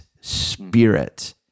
spirit